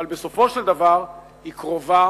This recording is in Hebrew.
אבל בסופו של דבר היא קרובה